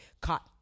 caught